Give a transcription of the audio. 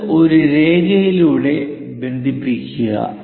ഇത് ഒരു രേഖയിലൂടെ ബന്ധിപ്പിക്കുക